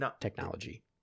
technology